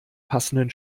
passenden